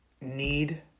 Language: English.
need